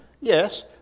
Yes